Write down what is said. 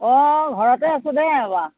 অঁ ঘৰতে আছোঁ দে বাবা